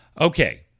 Okay